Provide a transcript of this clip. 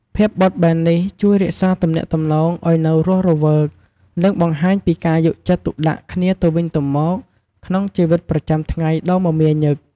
ភាពបត់បែននេះជួយរក្សាទំនាក់ទំនងឱ្យនៅរស់រវើក និងបង្ហាញពីការយកចិត្តទុកដាក់គ្នាទៅវិញទៅមកក្នុងជីវិតប្រចាំថ្ងៃដ៏មមាញឹក។